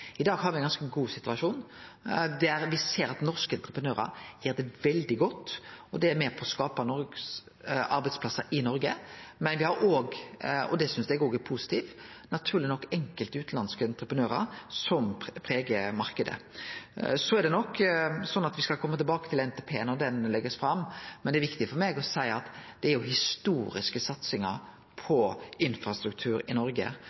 I dag har me ein god situasjon, der me ser at norske entreprenørar gjer det veldig godt. Det er med på å skape norske arbeidsplassar i Noreg, men me har også, og det synest eg er positivt, naturleg nok enkelte utanlandske entreprenørar som pregar marknaden. Så er det nok slik at me skal kome tilbake til NTP-en når han blir lagd fram, men det er viktig for meg å seie at det er historiske satsingar på infrastruktur i Noreg.